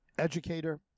educator